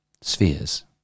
spheres